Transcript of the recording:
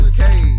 Okay